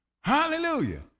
Hallelujah